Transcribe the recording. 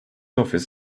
office